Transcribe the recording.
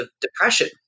depression